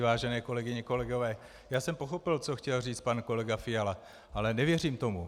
Vážené kolegyně, kolegové, já jsem pochopil, co chtěl říci pan kolega Fiala, ale nevěřím tomu.